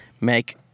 Make